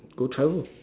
go travel